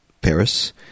Paris